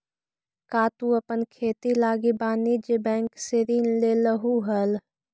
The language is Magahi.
का तु अपन खेती लागी वाणिज्य बैंक से ऋण लेलहुं हल?